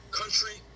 country